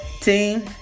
Team